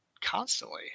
constantly